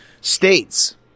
states